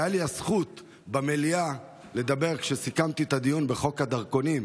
הייתה לי הזכות לדבר במליאה כשסיכמתי את הדיון בחוק הדרכונים